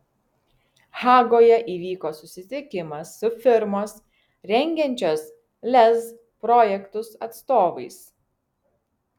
hagoje įvyko susitikimas su firmos rengiančios lez projektus atstovais